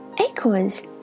acorns